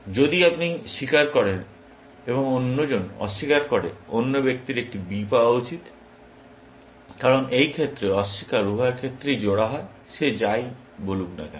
যদি আপনি স্বীকার করেন এবং অন্যজন অস্বীকার করে অন্য ব্যক্তির একটি B পাওয়া উচিত কারণ এই ক্ষেত্রে অস্বীকার উভয় ক্ষেত্রেই জোড়া হয় সে যাই বলুক না কেন